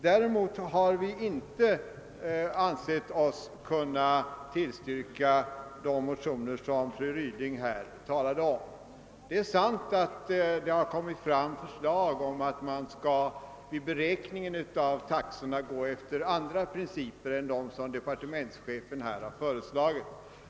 Däremot har vi inte ansett oss kunna tillstyrka de motioner som fru Ryding här talade om. Det är sant att det har kommit fram förslag om att man vid beräkningen av taxorna skall tillämpa andra principer än dem som departementschefen föreslagit.